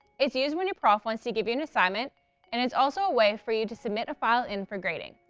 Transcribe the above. it's used when your prof wants to give you an assignment and is also a way for you to submit a file in for grading.